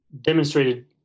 demonstrated